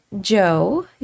Joe